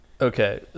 Okay